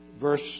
verse